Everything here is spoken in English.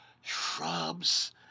shrubs